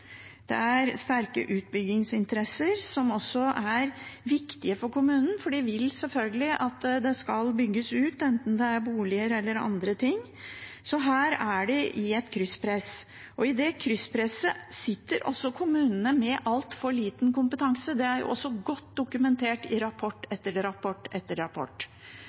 Det er sterke utbyggingsinteresser som også er viktige for kommunene, for de vil selvfølgelig at det skal bygges ut, enten det er boliger eller andre ting. Så her er man i et krysspress. I det krysspresset sitter kommunene med altfor liten kompetanse. Det er også godt dokumentert i rapport etter rapport.